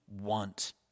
want